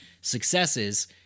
successes